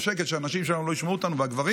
בשקט, שהנשים שלנו לא ישמעו אותנו, והגברים